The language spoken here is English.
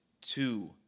two